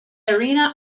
arena